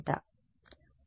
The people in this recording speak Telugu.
విద్యార్థి N క్రాస్